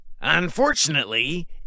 unfortunately